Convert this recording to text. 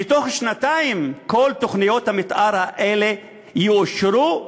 שבתוך שנתיים כל תוכניות המתאר האלה יאושרו,